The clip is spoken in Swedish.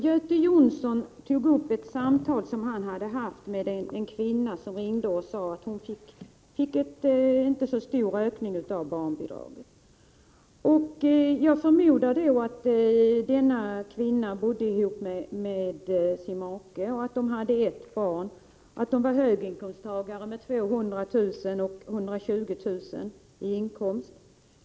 Göte Jonsson tog upp ett telefonsamtal som han hade haft med en kvinna som tyckte att hon inte fick så stor ökning av barnbidraget. Jag förmodar att denna kvinna bodde ihop med sin make, att de hade ett barn och att de var höginkomsttagare med 200 000 resp. 120 000 kr. i inkomst.